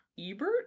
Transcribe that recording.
Ebert